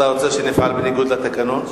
אתה רוצה שנפעל בניגוד לתקנון?